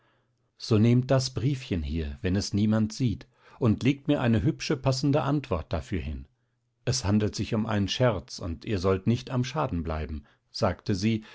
so nehmt das briefchen hier wenn es niemand sieht und legt mir eine hübsche passende antwort dafür hin es handelt sich um einen scherz und ihr sollt nicht am schaden bleiben sagte sie